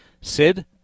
Sid